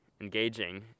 engaging